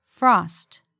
Frost